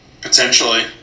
Potentially